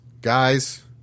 Guys